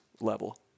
level